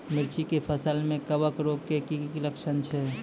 मिर्ची के फसल मे कवक रोग के की लक्छण छै?